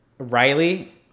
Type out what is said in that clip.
Riley